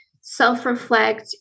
self-reflect